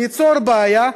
ניצור בעיה,